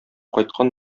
кайткан